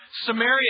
Samaria